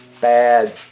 bad